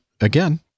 again